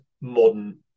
modern